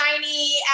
shiny